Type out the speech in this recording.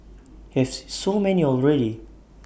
you have so many already